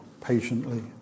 patiently